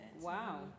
Wow